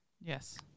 Yes